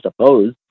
suppose